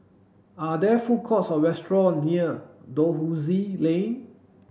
are there food courts or restaurants near Dalhousie Lane